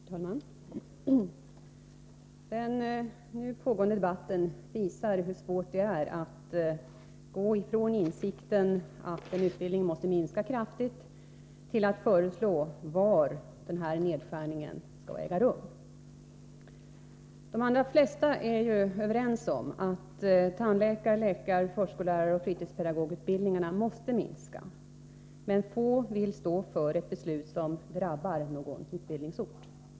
Herr talman! Den nu pågående debatten visar hur svårt det är att från insikten att en utbildning måste minska kraftigt gå vidare till att föreslå var den nedskärningen skall äga rum. De allra flesta är överens om att tandläkar-, läkar-, förskolläraroch fritidspedagogutbildningarna måste minska, men få vill stå för ett beslut som drabbar någon utbildningsort.